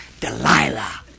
Delilah